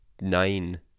nine